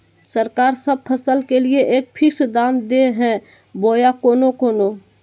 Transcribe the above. सरकार सब फसल के लिए एक फिक्स दाम दे है बोया कोनो कोनो?